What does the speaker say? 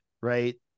right